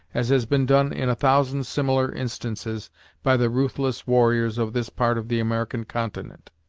as has been done in a thousand similar instances by the ruthless warriors of this part of the american continent.